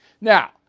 Now